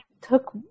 took